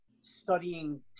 studying